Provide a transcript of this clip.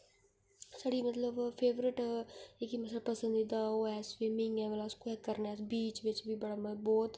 साढ़ी मतलब फेवरेट एह् ऐ कि पसंदीदा ओह् ऐ कि स्विमिंग ऐ मतलब अस करने बीच बिच बी बड़ा बहोत